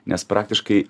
nes praktiškai